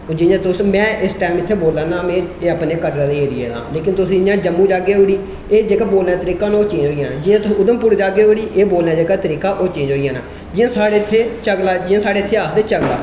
जि'यां तुस मैं इस टैम बोल्ला न में एह् अपने कटरै दे एरिया दा लेकिन तुस इ'यां जम्मू जाह्गे उठी एह् जेह्का बोलने दा तरीका बिल्कुल चेंज होई जाना उधमपुर जाह्गे ओह् बोलने दा जेह्का तरीका ओह् चेंज होई जाना जि'यां साढ़े इत्थै चगला साढ़े इत्थै आखदे चगला